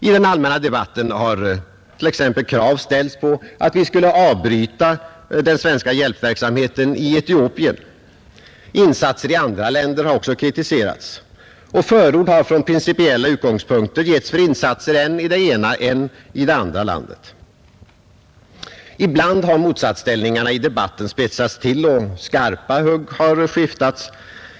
I den allmänna debatten har t.ex. krav ställts på att vi skulle avbryta den svenska hjälpverksamheten i Etiopien. Insatser i andra länder har också kritiserats. Förord har från principiella utgångspunkter getts för insatser i än det ena och än det andra landet. Ibland har motsatsställningarna i debatten spetsats till och skarpa hugg har skiftats.